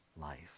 life